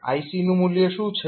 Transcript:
iC નું મૂલ્ય શું છે